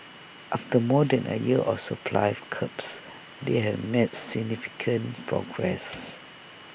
after more than A year of supply of curbs they have made significant progress